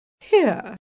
Here